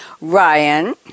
Ryan